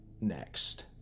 next